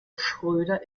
schröder